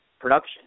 production